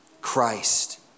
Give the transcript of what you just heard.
Christ